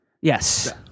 Yes